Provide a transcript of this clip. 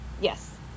Yes